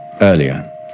earlier